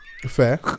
Fair